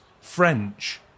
French